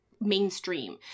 mainstream